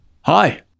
Hi